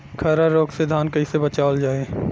खैरा रोग से धान कईसे बचावल जाई?